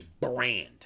brand